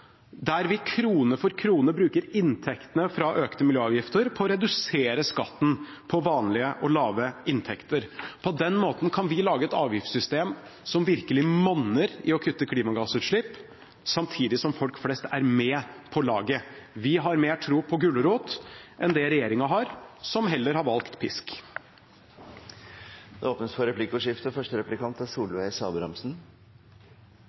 der vi krone for krone bruker inntektene fra økte miljøavgifter på å redusere skatten på vanlige og lave inntekter. På den måten kan vi lage et avgiftssystem som virkelig monner i å kutte klimagassutslipp, samtidig som folk flest er med på laget. Vi har mer tro på gulrot enn det regjeringen har, som heller har valgt pisk. Det blir replikkordskifte. SV føreslår i sitt budsjett for